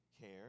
care